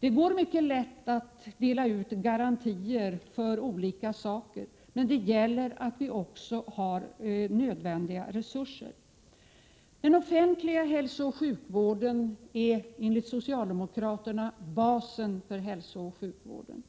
Det är mycket lätt att dela ut garantier för olika saker, men det gäller att också ha nödvändiga resurser. Den offentliga hälsooch sjukvården utgör enligt socialdemokraterna basen för hälsooch sjukvården.